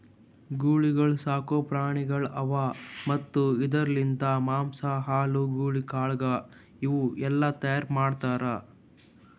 ಗೂಳಿಗೊಳ್ ಸಾಕು ಪ್ರಾಣಿಗೊಳ್ ಅವಾ ಮತ್ತ್ ಇದುರ್ ಲಿಂತ್ ಮಾಂಸ, ಹಾಲು, ಗೂಳಿ ಕಾಳಗ ಇವು ಎಲ್ಲಾ ತೈಯಾರ್ ಮಾಡ್ತಾರ್